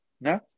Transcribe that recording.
No